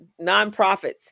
nonprofits